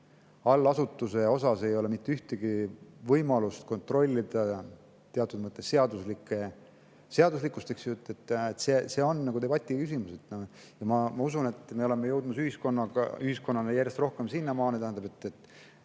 allasutuse osas ei ole mitte ühtegi võimalust kontrollida seaduslikkust. See on debati küsimus. Ma usun, et me oleme jõudmas ühiskonnana järjest rohkem [debatini],